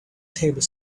table